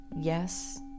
yes